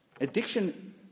Addiction